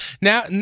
Now